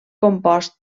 compost